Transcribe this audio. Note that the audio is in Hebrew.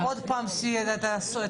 מנהל מינהל התכנון --- רגע,